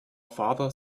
father